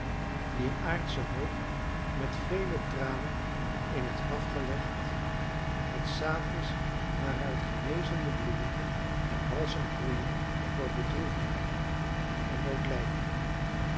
wier aardsche hoop met vele tranen in het graf gelegd het zaad is waaruit genezende bloemen en balsem groeien voor bedroefden en